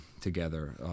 together